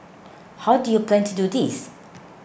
how do you plan to do this